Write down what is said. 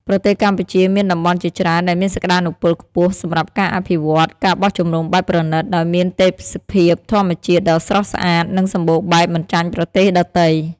ប្រទេសកម្ពុជាមានតំបន់ជាច្រើនដែលមានសក្តានុពលខ្ពស់សម្រាប់ការអភិវឌ្ឍ ការបោះជំរំបែបប្រណីត ដោយមានទេសភាពធម្មជាតិដ៏ស្រស់ស្អាត និងសម្បូរបែបមិនចាញ់ប្រទេសដទៃ។